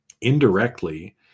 indirectly